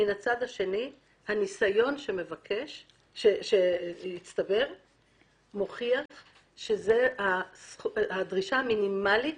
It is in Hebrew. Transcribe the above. מן הצד השני הניסיון שהצטבר מוכיח שזו הדרישה המינימלית